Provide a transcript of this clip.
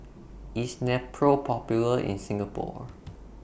IS Nepro Popular in Singapore